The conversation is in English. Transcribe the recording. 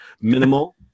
minimal